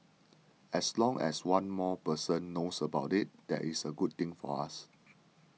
as long as one more person knows about it that is a good thing for us